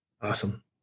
Awesome